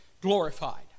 glorified